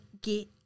get